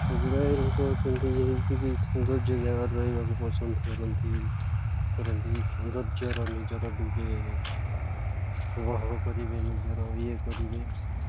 ଗୁଡ଼ାଏ ଲୋକ ଅଛନ୍ତି ଯେମିତିକି ସୌନ୍ଦର୍ଯ୍ୟ ଜାଗାରୁ ରହିବାକୁ ପସନ୍ଦ କରନ୍ତି କରନ୍ତି ସୌନ୍ଦର୍ଯ୍ୟର ନିଜର କରିବେ ନିଜର ଇଏ କରିବେ